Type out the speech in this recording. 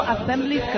Assembly